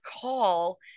call